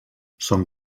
són